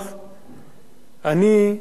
אני הערכתי אותו.